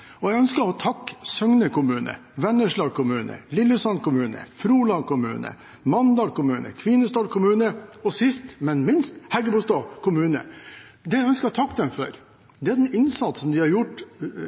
Agder. Jeg ønsker å takke Søgne kommune, Vennesla kommune, Lillesand kommune, Froland kommune, Mandal kommune, Kvinesdal kommune og sist, men ikke minst, Hægebostad kommune. Det jeg ønsker å takke dem for, er den innsatsen de har gjort